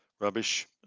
rubbish